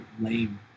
lame